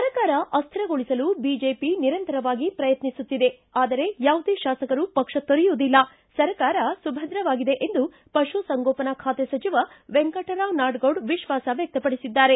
ಸರ್ಕಾರ ಅಸ್ತಿರಗೊಳಿಸಲು ಬಿಜೆಪಿ ನಿರಂತರ ಪ್ರಯತ್ನಿಸುತ್ತಿದೆ ಆದರೆ ಯಾವುದೇ ಶಾಸಕರು ಪಕ್ಷ ತೊರೆಯುವುದಿಲ್ಲ ಸರ್ಕಾರ ಸುಭ್ವದ್ರವಾಗಿದೆ ಎಂದು ಪಶುಸಂಗೋಪನಾ ಖಾತೆ ಸಚಿವ ವೆಂಕಟರಾವ ನಾಡಗೌಡ ವಿಶ್ವಾಸವ್ಯಕ್ಷಪಡಿಸಿದ್ದಾರೆ